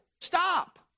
stop